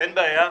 אין בעיה.